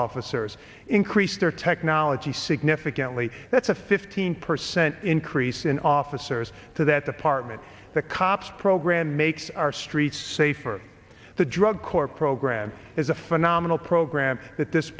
officers increase their technology significantly that's a fifteen percent increase in officers to that apartment the cops program makes our streets safer the drug corps program is a phenomenal program that this